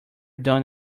done